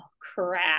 crap